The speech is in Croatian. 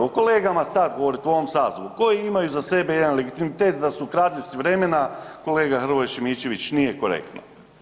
O kolegama sad govoriti u ovom sazivu koji imaju iza sebe jedan legitimitet da su kradljivci vremena kolega Hrvoje Šimičević nije korektno.